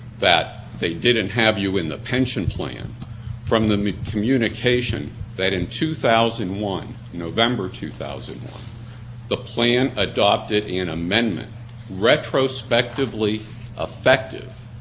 pension plan from the me communication that in two thousand and one november two thousand the plan adopted an amendment retrospectively affective that was boring